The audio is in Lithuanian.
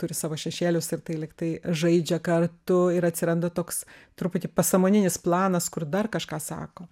turi savo šešėlius ir tai lygtai žaidžia kartu ir atsiranda toks truputį pasąmoninis planas kur dar kažką sako